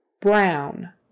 brown